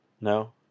No